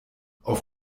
auf